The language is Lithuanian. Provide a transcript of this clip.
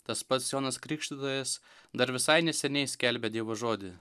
tas pats jonas krikštytojas dar visai neseniai skelbė dievo žodį